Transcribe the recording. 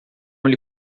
lhe